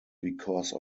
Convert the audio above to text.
because